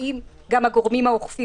קבועים גם הגורמים האוכפים